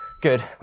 Good